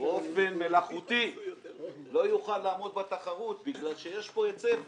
באופן מלאכותי לא יוכל לעמוד בתחרות בגלל שיש פה היצף מלאכותי,